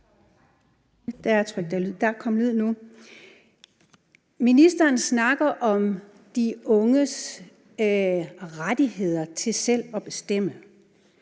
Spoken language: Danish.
Ministeren snakker om de unges rettigheder til selv at bestemme.